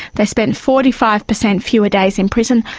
they spent forty five percent fewer days in prison.